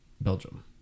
Belgium